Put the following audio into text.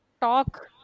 talk